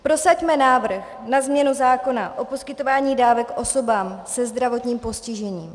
Prosaďme návrh na změnu zákona o poskytování dávek osobám se zdravotním postižením.